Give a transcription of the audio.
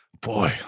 Boy